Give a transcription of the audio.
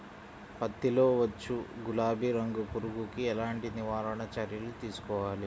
పత్తిలో వచ్చు గులాబీ రంగు పురుగుకి ఎలాంటి నివారణ చర్యలు తీసుకోవాలి?